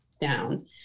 down